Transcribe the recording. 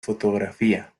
fotografía